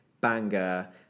banger